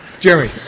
Jeremy